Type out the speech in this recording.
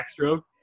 backstroke